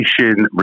Education